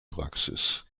praxis